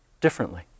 differently